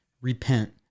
Repent